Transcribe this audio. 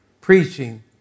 preaching